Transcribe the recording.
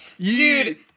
Dude